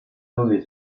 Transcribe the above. nommé